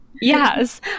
yes